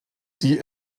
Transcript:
die